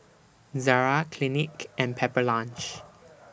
Zara Clinique and Pepper Lunch